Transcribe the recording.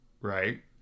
right